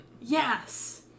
Yes